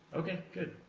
okay, good.